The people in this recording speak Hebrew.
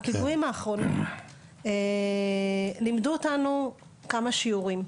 הפיגועים האחרים לימדו אותנו כמה שיעורים.